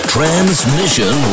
Transmission